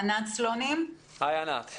תכננתי